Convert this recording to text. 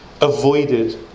avoided